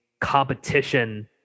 competition